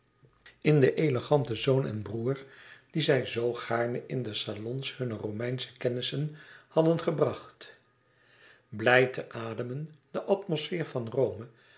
in den eleganten zoon en broêr dien zij zoo gaarne in de salons hunner romeinsche kennissen hadden gebracht blij te ademen de atmosfeer van rome